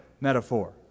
metaphor